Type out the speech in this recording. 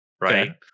right